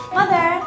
Mother